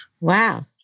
Wow